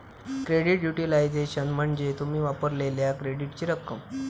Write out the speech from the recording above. credit utilisation म्हणजे तुम्ही वापरलेल्यो क्रेडिटची रक्कम